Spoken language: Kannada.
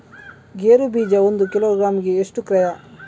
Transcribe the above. ಗೇರು ಬೀಜ ಒಂದು ಕಿಲೋಗ್ರಾಂ ಗೆ ಎಷ್ಟು ಕ್ರಯ?